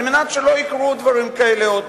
על מנת שלא יקרו דברים כאלה עוד.